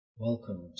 Welcome